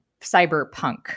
cyberpunk